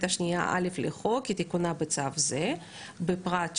זה כבר אמרנו.